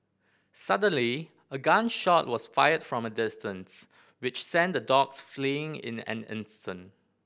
suddenly a gun shot was fired from a distance which sent the dogs fleeing in an instant